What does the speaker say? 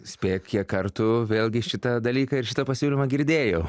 spėk kiek kartų vėlgi šitą dalyką ir šitą pasiūlymą girdėjau